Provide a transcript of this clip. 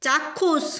চাক্ষুষ